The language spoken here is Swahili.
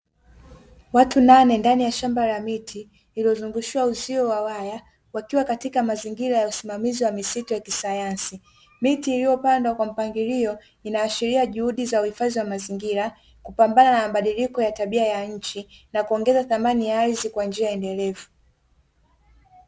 Watu nane ndani ya shamba la miti, lililozungushiwa uzio wa waya, wakiwa katika mazingira ya usimamizi wa misitu ya kisayansi. Miti iliyopandwa kwa mpangilio, inaashiria juhudi za uhifadhi wa mazingira, kupambana na mabadiliko ya tabisa ya nchi, na kuongeza thamani ya ardhi kwa njia endelevu.